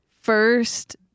First